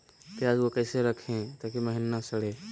प्याज को कैसे रखे ताकि महिना सड़े?